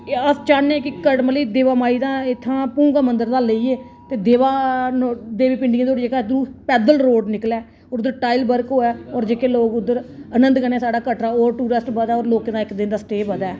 अस चाहन्नें कि कड़मली देवा माई दा इत्थां भुंगा मंदर दा लेइयै ते देवा देवी पिंडियें धोड़ी जेह्का इद्धरूं पैदल रोड़ निकलै होर उद्धर टाईल वर्क होऐ होर जेह्के लोक उद्धर आंनद कन्नै साढ़ै कटरा होर टूरिस्ट बधै होर लोकें दा इक दिन दा स्टे बधे